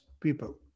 people